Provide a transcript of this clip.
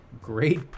great